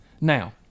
Now